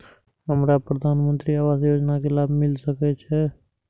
हमरा प्रधानमंत्री आवास योजना के लाभ मिल सके छे?